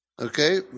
Okay